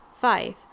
five